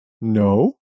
No